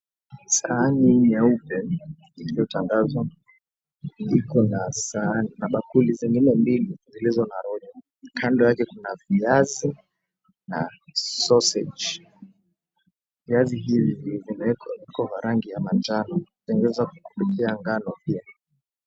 Sahani nyeupe iliyotandazwa iko na bakuli zingine mbili zilizo na rojo. Kando yake kuna viazi na sausage . Viazi hizi zimeekwa mvuto wa rangi ya manjano. Zimeweza kupikiwa ngano pia.